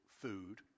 food